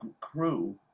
crew